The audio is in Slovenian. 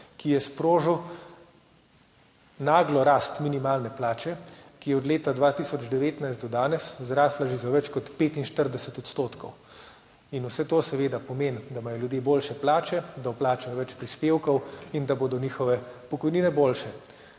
ki je sprožil naglo rast minimalne plače, ki je od leta 2019 do danes zrasla že za več kot 45 %. Vse to seveda pomeni, da imajo ljudje boljše plače, da vplačajo več prispevkov in da bodo njihove pokojnine boljše.